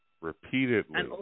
repeatedly